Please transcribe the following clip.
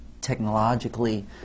technologically